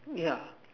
yeah